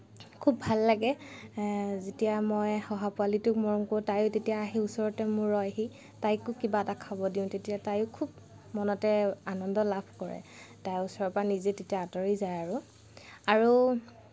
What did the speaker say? খুব ভাল লাগে যেতিয়া মই শহা পোৱালিটোক মৰম কৰোঁ তাইয়ো তেতিয়া আহি ওচৰতে মোৰ ৰয়হি তাইকো কিবা এটা খাব দিওঁ তেতিয়া তাইয়ো খুব মনতে আনন্দ লাভ কৰে তাই ওচৰৰ পৰা নিজেই তেতিয়া আঁতৰি যায় আৰু আৰু